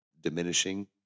diminishing